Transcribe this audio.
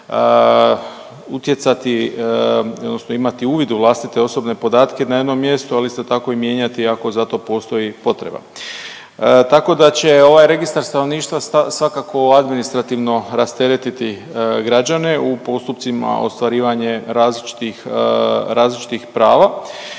imati uvid u vlastite osobne podatke na jednom mjestu, ali isto tako i mijenjati, ako za to postoji potreba. Tako da će ovaj Registar stanovništva svakako administrativno rasteretiti građane u postupcima ostvarivanje različitih prava,